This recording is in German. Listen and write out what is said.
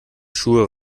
schuhe